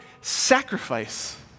sacrifice